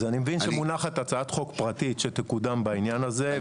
אז אני מבין שמונחת הצעת חוק פרטית שתקודם בעניין הזה,